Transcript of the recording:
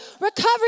recovery